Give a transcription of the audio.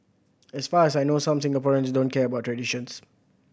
as far as I know some Singaporeans don't care about traditions